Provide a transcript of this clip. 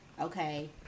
okay